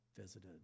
visited